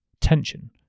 tension